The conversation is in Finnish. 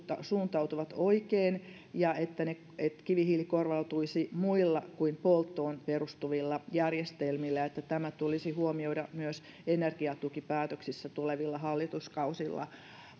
suuntautuvat oikein ja että kivihiili korvautuisi muilla kuin polttoon perustuvilla järjestelmillä ja että tämä tulisi huomioida myös energiatukipäätöksissä tulevilla hallituskausilla